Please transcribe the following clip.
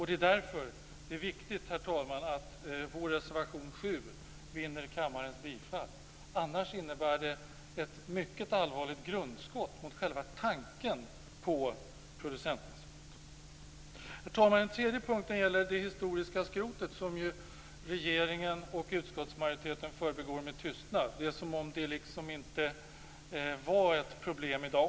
Det är därför det är viktigt, herr talman, att vår reservation 7 vinner kammarens bifall. Annars innebär det ett mycket allvarligt grundskott mot själva tanken på producentansvar. Herr talman! Den tredje punkten gäller det historiska skrotet, som regeringen och utskottsmajoriteten förbigår med tystnad. Det är som om det inte var ett problem i dag.